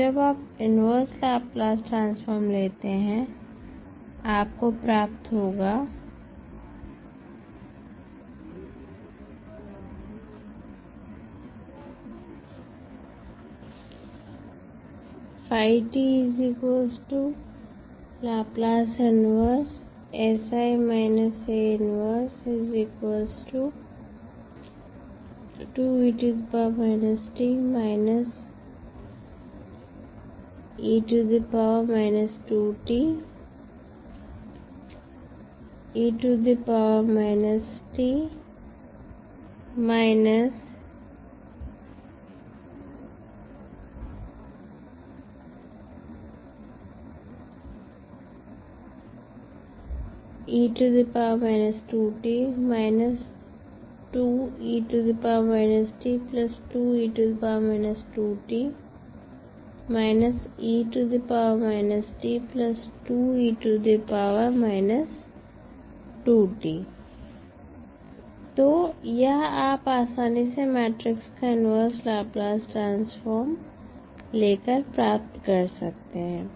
तो जब आप इन्वर्स लाप्लास ट्रांसफॉर्म लेते हैं आपको प्राप्त होगा तो यह आप आसानी से मैट्रिक्स का इन्वर्स लाप्लास ट्रांसफॉर्म लेकर प्राप्त कर सकते हैं